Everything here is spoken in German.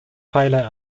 pfeiler